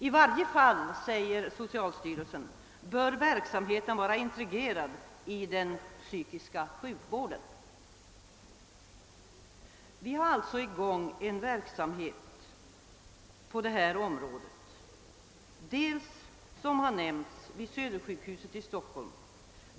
I varje fall, säger socialstyrelsen, bör verksamheten vara integrerad i den psykiska sjukvården. Vi har alltså en verksamhet i gång på det här området vid Södersjukhuset i Stockholm.